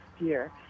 year